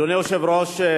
אדוני היושב-ראש,